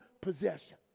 possession